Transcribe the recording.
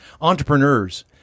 entrepreneurs